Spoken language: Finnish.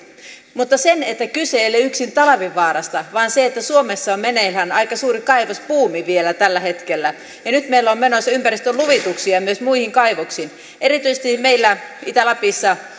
mutta kyse ei ole yksin talvivaarasta vaan suomessa on meneillään aika suuri kaivosbuumi vielä tällä hetkellä ja nyt meillä on menossa ympäristöluvituksia myös muihin kaivoksiin erityisesti meillä on itä lapissa